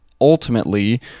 ultimately